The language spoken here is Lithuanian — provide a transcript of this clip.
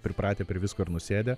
pripratę prie visko ir nusėdę